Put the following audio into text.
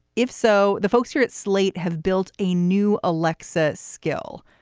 if so, the folks here at slate have built a new alexa's skill.